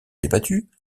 débattu